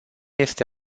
este